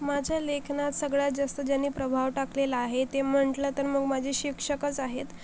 माझ्या लेखनात सगळ्यात जास्त ज्यांनी प्रभाव टाकलेला आहे ते म्हटलं तर मग माझे शिक्षकच आहेत